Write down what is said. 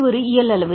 இது ஒரு இயல் அளவு